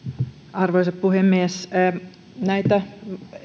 arvoisa puhemies näistä